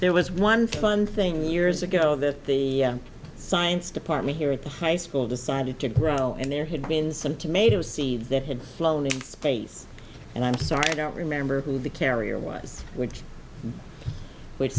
there was one fun thing years ago that the science department here at the high school decided to grow and there had been some tomato see that had flown in space and i'm sorry i don't remember who the carrier was with which